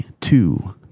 two